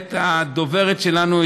ואת הדוברת שלנו,